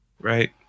Right